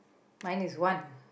mine is one